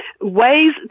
ways